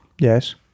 Yes